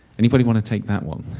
anybody want to take that one?